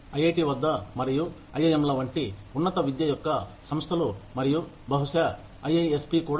IIT వద్ద మరియు IIM ల వంటి ఉన్నత విద్య యొక్క సంస్థలు మరియు బహుశా ఐ ఐఎస్సి కూడా